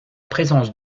présence